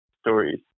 stories